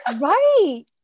Right